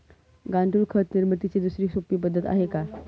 गांडूळ खत निर्मितीची दुसरी सोपी पद्धत आहे का?